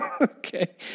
Okay